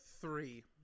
three